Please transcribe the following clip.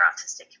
autistic